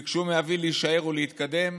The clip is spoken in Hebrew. ביקשו מאבי להישאר ולהתקדם,